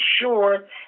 sure